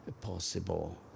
possible